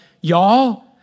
y'all